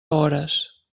hores